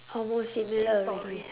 almost similar already